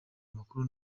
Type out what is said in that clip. amakuru